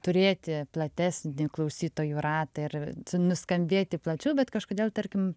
turėti platesnį klausytojų ratą ir nuskambėti plačiau bet kažkodėl tarkim